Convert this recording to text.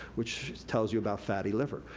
which tells you about fatty liver.